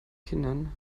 kindern